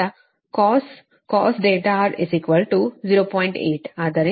8 ಆದ್ದರಿಂದ sin R0